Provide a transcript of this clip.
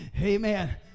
Amen